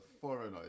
foreigner